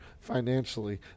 financially